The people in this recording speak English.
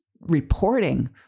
reporting